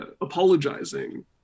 apologizing